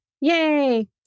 Yay